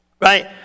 Right